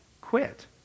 quit